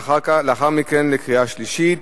ולאחר מכן בקריאה שלישית.